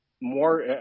more